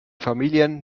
familien